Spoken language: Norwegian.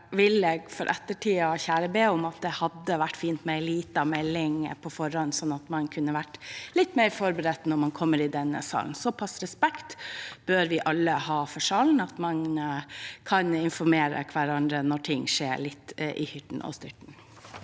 Jeg vil for ettertiden si at det hadde vært fint med en liten melding på forhånd, sånn at man kunne vært litt mer forberedt når man kommer i salen. Såpass respekt bør vi alle ha for salen, at man kan informere hverandre når ting skjer litt i hurten og sturten.